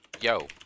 Yo